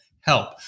help